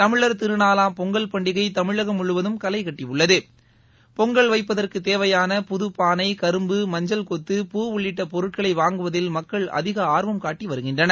தமிழர் திருநாளாம் பொங்கல் பண்டிகை தமிழகம் முழுவதும் களைக்கட்டியுள்ளது பொங்கல் வைப்பதற்குத் தேவையான புதப்பாளை கரும்பு மஞ்சள் கொத்து பூ உள்ளிட்ட பொருட்களை வாங்குவதில் மக்கள் அதிக ஆர்வம் காட்டி வருகின்றனர்